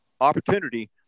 opportunity